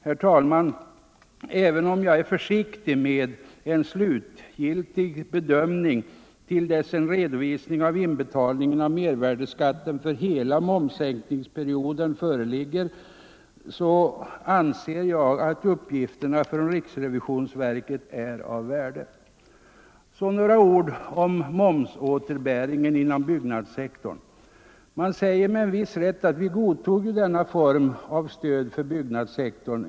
Herr talman! Även om jag är försiktig med en slutgiltig bedömning till dess en redovisning av inbetalning av mervärdeskatten för hela momssänkningsperioden föreligger, så anser jag att uppgifterna från riksrevisionsverket är av stort intresse. Sedan några ord om momsåterbäringen inom byggnadssektorn. Man säger med viss rätt att vi godtog denna form av stöd för byggnadssektorn.